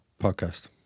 Podcast